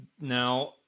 Now